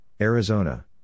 Arizona